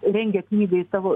rengia knygai savo